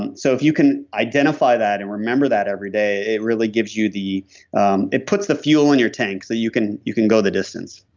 and so if you can identify that and remember that everyday it really gives you, um it puts the fuel in your tank so you can you can go the distance